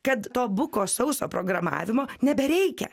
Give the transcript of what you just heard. kad to buko sauso programavimo nebereikia